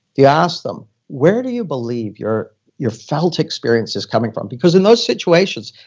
you ask them where do you believe your your felt experience is coming from? because in those situations,